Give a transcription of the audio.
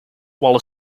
while